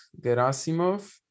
Gerasimov